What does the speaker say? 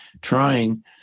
trying